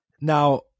Now